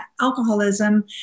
alcoholism